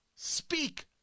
Speak